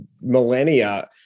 millennia